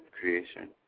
creation